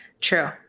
true